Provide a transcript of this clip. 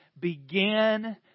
begin